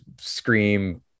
scream